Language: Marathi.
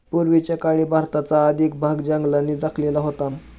पूर्वीच्या काळी भारताचा अधिक भाग जंगलांनी झाकलेला होता